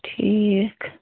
ٹھیٖک